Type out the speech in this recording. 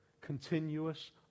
continuous